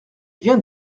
vient